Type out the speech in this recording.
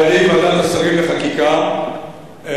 על-ידי ועדת השרים לחקיקה הועברה,